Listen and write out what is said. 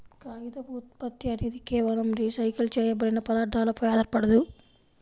కాగితపు ఉత్పత్తి అనేది కేవలం రీసైకిల్ చేయబడిన పదార్థాలపై ఆధారపడదు